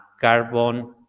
carbon